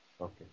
Okay